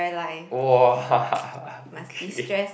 !wah! okay